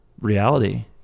reality